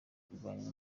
kurwana